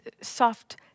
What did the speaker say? soft